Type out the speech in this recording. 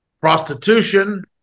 prostitution